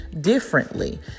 differently